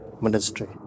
ministry